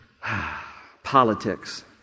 Politics